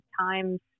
times